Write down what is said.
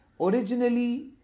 originally